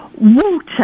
water